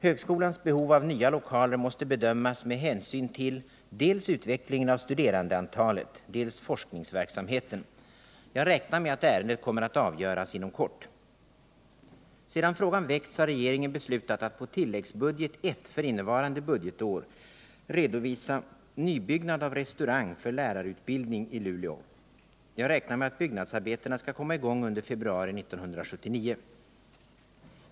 Högskolans behov av nya lokaler måste bedömas med hänsyn till dels utvecklingen av studerandeantalet, dels forskningsverksamheten. Jag räknar med att ärendet kommer att avgöras inom kort. Sedan frågan väckts har regeringen beslutat att på tilläggsbudget I för innevarande budgetår redovisa nybyggnad av restaurang för lärarutbildning i Luleå. Jag räknar med att byggnadsarbetena skall komma i gång under februari 1979.